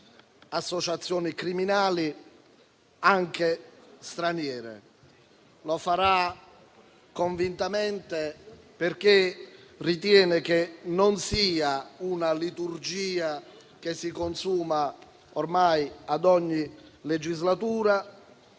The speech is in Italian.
associazioni criminali, anche straniere. E lo farà convintamente, perché ritiene che non sia una liturgia che si consuma ormai ad ogni legislatura.